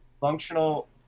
functional